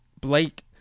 Blake